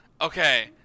okay